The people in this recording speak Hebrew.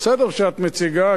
בסדר שאת מציגה,